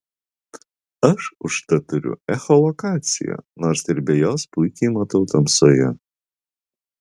aš užtat turiu echolokaciją nors ir be jos puikiai matau tamsoje